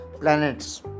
planets